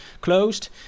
closed